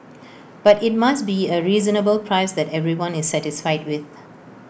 but IT must be A reasonable price that everyone is satisfied with